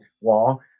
wall